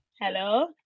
hello